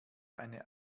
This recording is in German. eine